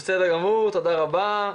תודה רבה.